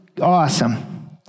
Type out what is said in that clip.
awesome